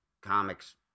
comics